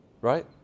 Right